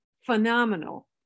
phenomenal